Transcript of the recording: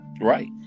Right